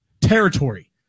territory